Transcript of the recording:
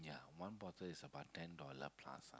yeah one bottle is about ten dollar plus ah